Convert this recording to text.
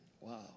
Wow